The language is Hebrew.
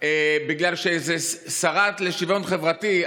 בגלל שאיזה שרה לשוויון חברתי,